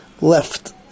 left